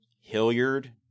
Hilliard